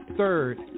Third